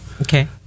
Okay